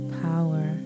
power